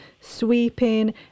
sweeping